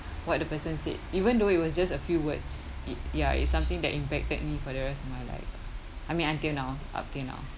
what the person said even though it was just a few words it ya it's something that impacted me for the rest of my life I mean until now up till now